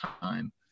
time